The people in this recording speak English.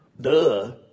duh